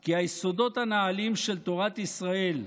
כי היסודות הנעלים של תורת ישראל,